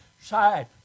side